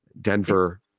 Denver